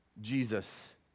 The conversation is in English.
Jesus